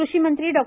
कृषी मंत्री डॉ